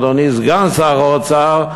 אדוני סגן שר האוצר,